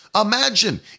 Imagine